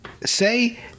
say